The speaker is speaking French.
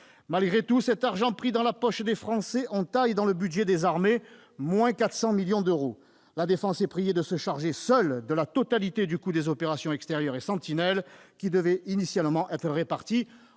Malgré tout cet argent pris dans la poche des Français, on taille dans le budget des armées, que l'on ampute de 400 millions d'euros ! La défense est priée de se charger seule de la totalité du coût des opérations extérieures et de Sentinelle, qui devait être initialement réparti